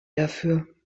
dafür